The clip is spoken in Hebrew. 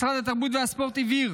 משרד התרבות והספורט הבהיר